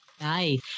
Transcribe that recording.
Nice